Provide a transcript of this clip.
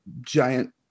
giant